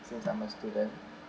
since I'm a student uh